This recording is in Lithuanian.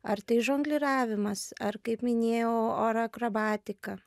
ar tai žongliravimas ar kaip minėjau oro akrobatika